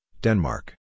Denmark